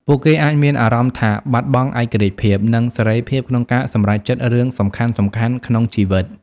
ពួកគេអាចមានអារម្មណ៍ថាបាត់បង់ឯករាជ្យភាព និងសេរីភាពក្នុងការសម្រេចចិត្តរឿងសំខាន់ៗក្នុងជីវិត ។